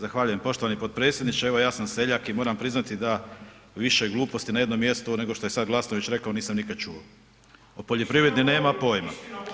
Zahvaljujem, poštovani potpredsjedniče, evo ja sam seljak i moram priznati da više gluposti na jednom mjestu nego što je sad Glasnović rekao nisam nikad čuo, o poljoprivredi nema pojma.